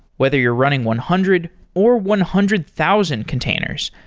whether you're running one hundred or one hundred thousand containers,